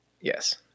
Yes